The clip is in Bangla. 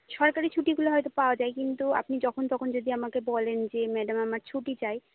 সরকারি ছুটিগুলো হয়তো পাওয়া যায় কিন্তু আপনি যখন তখন যদি আমাকে বলেন যে ম্যাডাম আমার ছুটি চাই